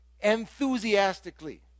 enthusiastically